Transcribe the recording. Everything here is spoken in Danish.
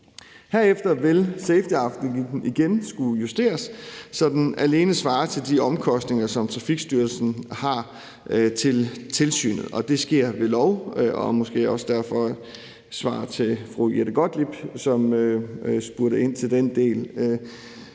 Herefter vil safetyafgiften igen skulle justeres, så den alene svarer til de omkostninger, som Trafikstyrelsen har til tilsynet. Det sker ved lov. Og det er måske også derfor svar til fru Jette Gottlieb, som spurgte ind til den del.